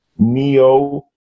neo